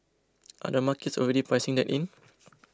are the markets already pricing that in